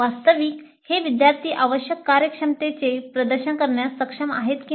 वास्तविक हे विद्यार्थी आवश्यक कार्यक्षमतेचे प्रदर्शन करण्यास सक्षम आहेत की नाही